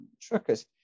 truckers